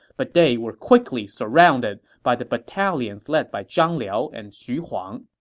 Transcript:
but they were quickly surrounded by the battalions led by zhang liao and xu huang.